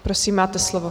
Prosím, máte slovo.